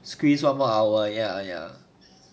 squeezed one more hour ya ya